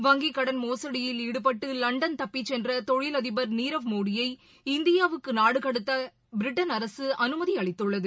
வங்கிக் கடன் மோசுடியில் ஈடுபட்டு லண்டன் தப்பிச் சென்ற தொழில் அதிபர் நீரவ் மோடியை இந்தியாவுக்கு நாடு கடத்த பிரிட்டன் அரசு அனுமதி அளித்துள்ளது